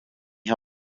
ha